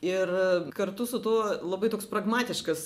ir kartu su tuo labai toks pragmatiškas